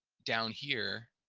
down here,